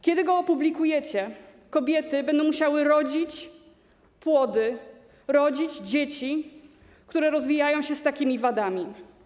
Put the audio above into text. Kiedy go opublikujecie, kobiety będą musiały rodzić płody, rodzić dzieci, które rozwijają się z takimi wadami.